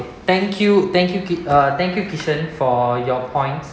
thank you thank you uh thank you for your points